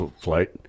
flight